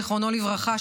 זיכרונו לברכה,